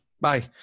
bye